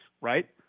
right